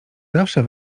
zawsze